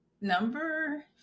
Number